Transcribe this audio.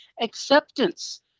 acceptance